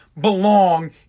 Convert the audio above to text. belong